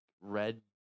red